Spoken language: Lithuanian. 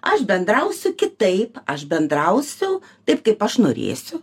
aš bendrausiu kitaip aš bendrausiu taip kaip aš norėsiu